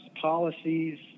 policies